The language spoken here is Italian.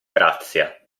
grazia